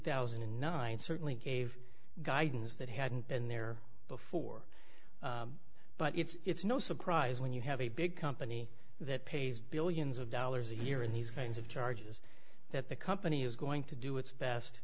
thousand and nine certainly gave guidance that hadn't been there before but it's no surprise when you have a big company that pays billions of dollars a year in these kinds of charges that the company is going to do its best